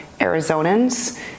Arizonans